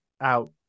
out